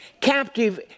captive